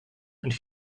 and